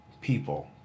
people